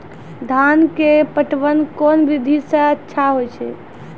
धान के पटवन कोन विधि सै अच्छा होय छै?